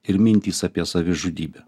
ir mintys apie savižudybę